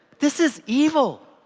this is evil.